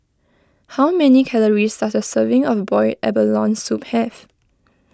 how many calories does a serving of Boiled Abalone Soup have